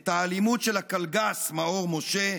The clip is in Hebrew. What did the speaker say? את האלימות של הקלגס מאור משה,